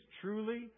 truly